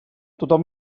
tothom